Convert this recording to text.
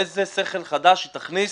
איזה שכל חדש היא תכניס